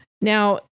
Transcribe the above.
Now